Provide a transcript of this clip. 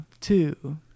two